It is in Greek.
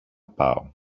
πάω